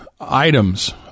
items